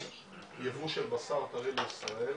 ייבוא של בשר טרי לישראל,